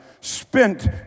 spent